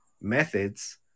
methods